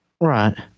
Right